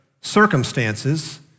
circumstances—